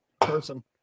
person